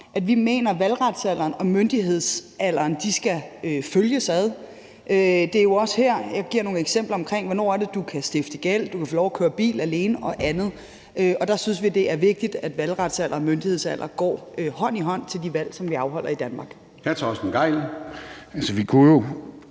at vi mener, at valgretsalderen og myndighedsalderen skal følges ad. Og det er jo også – og jeg giver nogle eksempler på det – hvornår det er, du kan stifte gæld, du kan få lov at køre bil alene og andet, og der synes vi, det er vigtigt, at valgretsalderen og myndighedsalderen går hånd i hånd i forbindelse med de valg, som vi afholder i Danmark. Kl. 14:12 Formanden (Søren Gade): Hr.